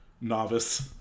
Novice